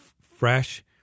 fresh